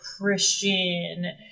christian